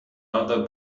other